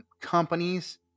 companies